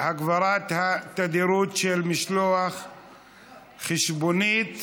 הגברת התדירות של משלוח חשבונית),